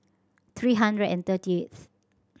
three hundred and thirty eighth